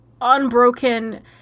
unbroken